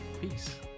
Peace